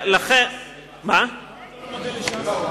למה אתה לא מודה לש"ס?